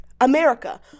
America